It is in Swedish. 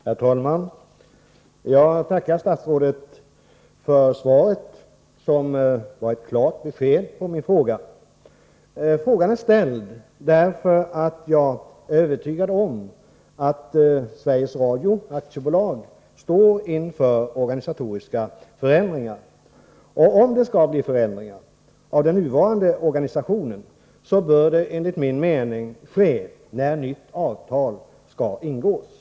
Herr talman! Jag tackar statsrådet för svaret, som var ett klart besked på min fråga. Jag ställde frågan därför att jag är övertygad om att Sveriges Radio AB står inför organisatoriska förändringar. Och om det skall göras förändringar av den nuvarande organisationen bör det enligt min mening ske när nytt avtal skall ingås.